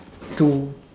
two